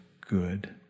good